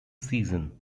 season